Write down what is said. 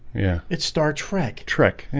yeah, it's star trek trick. and